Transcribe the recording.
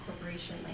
corporation